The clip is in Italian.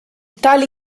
tali